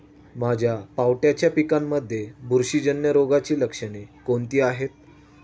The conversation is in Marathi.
माझ्या पावट्याच्या पिकांमध्ये बुरशीजन्य रोगाची लक्षणे कोणती आहेत?